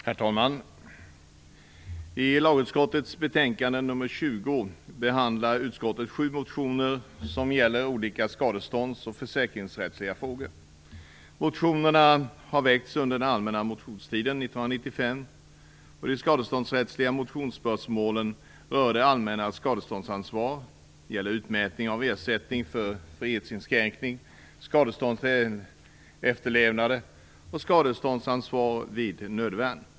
Herr talman! I lagutskottets betänkande nr 20 behandlar utskottet sju motioner som gäller olika skadestånds och försäkringsrättsliga frågor. Motionerna har väckts under den allmänna motionstiden 1995. De skadeståndsrättsliga motionsspörsmålen rör det allmännas skadeståndsansvar, utmätning av ersättning för frihetsinskränkning, skadestånd till efterlevande och skadeståndsansvar vid nödvärn.